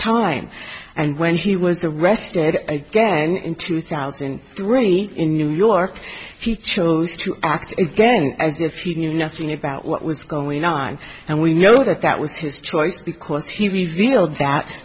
time and when he was arrested again in two thousand and three in new york he chose to act again as if you knew nothing about what was going on and we know that that was his choice because he revealed that